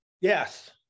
Yes